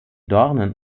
dornen